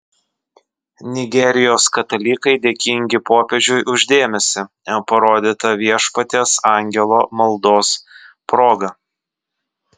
nigerijos katalikai dėkingi popiežiui už dėmesį parodytą viešpaties angelo maldos proga